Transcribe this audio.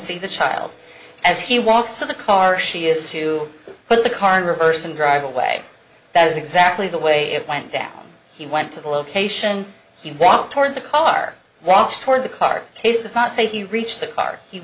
see the child as he walks in the car she is to put the car in reverse and drive away that is exactly the way it went down he went to the location he walked toward the car walks toward the car case is not safe you reach the car he